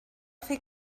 fer